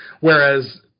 Whereas